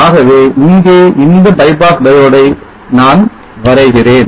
ஆகவே இங்கே இந்த bypass diode ஐ நான் வரைகிறேன்